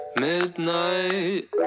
midnight